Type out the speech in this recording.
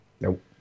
Nope